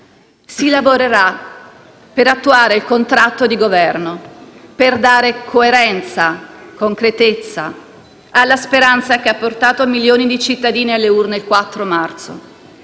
Si lavorerà per attuare il contratto di Governo, per dare coerenza e concretezza alla speranza che ha portato milioni di cittadini alle urne il 4 marzo.